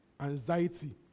anxiety